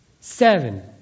Seven